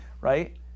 right